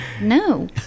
no